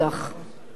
וזה לא מובן,